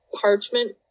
parchment